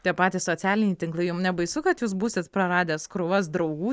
tie patys socialiniai tinklai jum nebaisu kad jūs būsit praradęs krūvas draugų